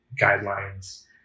guidelines